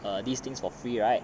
err these things for free right